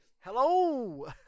Hello